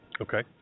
Okay